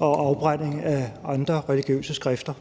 og afbrænding af andre religiøse skrifter.